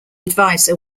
advisor